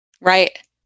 Right